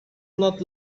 not